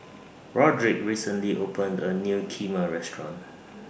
Roderick recently opened A New Kheema Restaurant